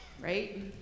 right